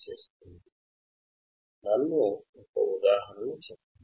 కాబట్టి నేను ఒక ఉదాహరణ ఇస్తాను